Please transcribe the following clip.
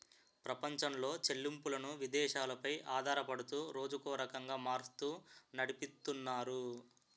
ప్రపంచంలో చెల్లింపులను విదేశాలు పై ఆధారపడుతూ రోజుకో రకంగా మారుస్తూ నడిపితున్నారు